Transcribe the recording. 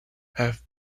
have